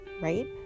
right